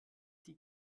die